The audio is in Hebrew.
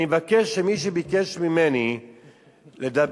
אני מבקש שמי שביקש ממני לדבר